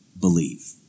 believe